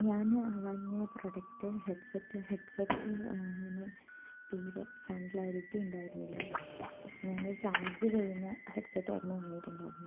ഞാന് വാങ്ങിയ product head set head സെറ്റിന് തീരെ സൗണ്ട് ക്ലാരിറ്റി ഉണ്ടായിരുന്നില്ല ഞാനൊരു ചാർജ്ജ് ചെയ്യുന്ന ഹെഡ് സെറ്റ് ആയിരുന്നു വാങ്ങിയിട്ടുണ്ടായിരുന്നത്